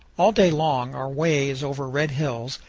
all day long our way is over red hills,